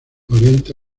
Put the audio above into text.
orienta